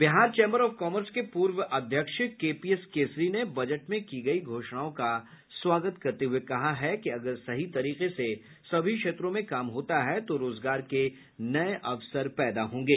Bihar chamber of commerce के पूर्व अध्यक्ष केपीएस केसरी ने बजट में की गयी घोषणाओं का स्वागत करते हुए कहा है कि अगर सही तरीके से सभी क्षेत्रों में काम होता है तो रोजगार के नये अवसर पैदा होंगे